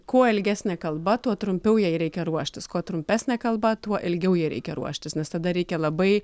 kuo ilgesnė kalba tuo trumpiau jei reikia ruoštis kuo trumpesnė kalba tuo ilgiau jai reikia ruoštis nes tada reikia labai